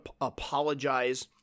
apologize